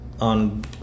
on